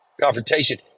confrontation